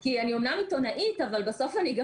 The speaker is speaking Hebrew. כי אני אמנם עיתונאית אבל בסוף אני גם